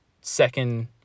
second